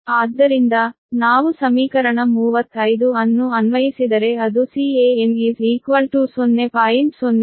ಆದ್ದರಿಂದ ನಾವು ಸಮೀಕರಣ 35 ಅನ್ನು ಅನ್ವಯಿಸಿದರೆ ಅದು Can 0